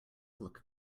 look